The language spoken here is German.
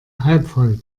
halbvoll